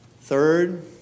Third